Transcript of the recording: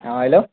ہاں ہیلو